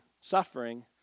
suffering